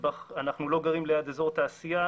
אנחנו לא גרים ליד אזור תעשייה.